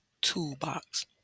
toolbox